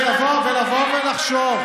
ולבוא ולחשוב,